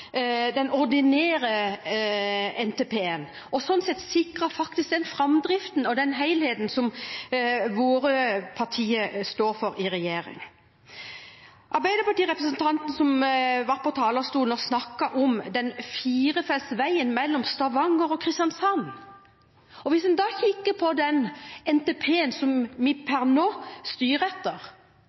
den ordinære NTP-en, og sånn sett sikret den framdriften og den helheten som våre partier i regjering står for. En Arbeiderparti-representant var på talerstolen og snakket om den firefelts veien mellom Stavanger og Kristiansand. Hvis en ser på den NTP-en som vi per nå styrer etter